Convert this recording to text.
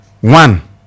One